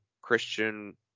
Christian